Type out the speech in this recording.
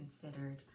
considered